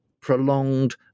prolonged